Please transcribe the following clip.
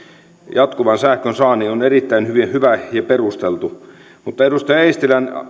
jatkuvan sähkönsaannin on erittäin hyvä ja perusteltu mutta edustaja eestilän